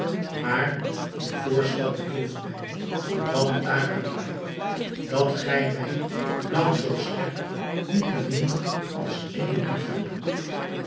maar uw voorstel bedroeft mij want daaruit blijkt dat gij mij lang zoo sterk niet bemint als ik u liefheb